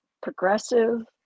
progressive